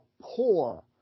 poor